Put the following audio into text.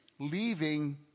Leaving